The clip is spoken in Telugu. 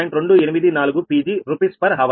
284 Pg Rshr